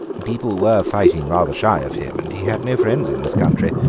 people were fighting rather shy of him, and he had no friends in this country.